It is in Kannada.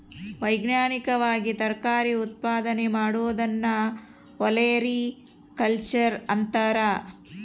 ವೈಜ್ಞಾನಿಕವಾಗಿ ತರಕಾರಿ ಉತ್ಪಾದನೆ ಮಾಡೋದನ್ನ ಒಲೆರಿಕಲ್ಚರ್ ಅಂತಾರ